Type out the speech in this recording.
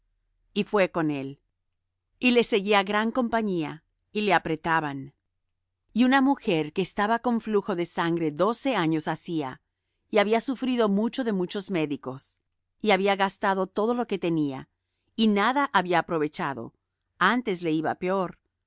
y fué con él y le seguía gran compañía y le apretaban y una mujer que estaba con flujo de sangre doce años hacía y había sufrido mucho de muchos médicos y había gastado todo lo que tenía y nada había aprovechado antes le iba peor